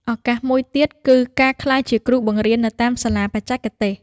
ឱកាសមួយទៀតគឺការក្លាយជាគ្រូបង្រៀននៅតាមសាលាបច្ចេកទេស។